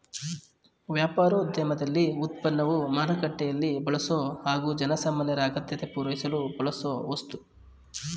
ವ್ಯಾಪಾರೋದ್ಯಮದಲ್ಲಿ ಉತ್ಪನ್ನವು ಮಾರುಕಟ್ಟೆಲೀ ಬಳಸೊ ಹಾಗು ಜನಸಾಮಾನ್ಯರ ಅಗತ್ಯತೆ ಪೂರೈಸಲು ಬಳಸೋವಸ್ತು